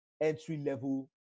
entry-level